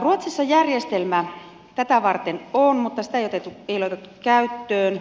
ruotsissa järjestelmä tätä varten on mutta sitä ei ole otettu käyttöön